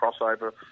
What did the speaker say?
crossover